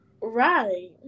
Right